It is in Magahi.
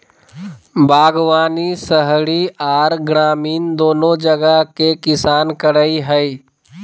बागवानी शहरी आर ग्रामीण दोनो जगह के किसान करई हई,